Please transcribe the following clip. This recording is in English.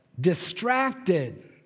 Distracted